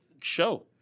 show